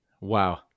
wow